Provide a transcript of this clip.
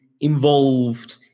involved